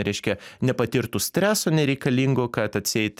reiškia nepatirtų stresu nereikalingu kad atseit